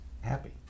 happy